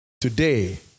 Today